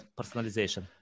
personalization